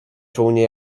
czółnie